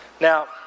Now